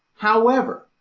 however,